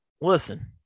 listen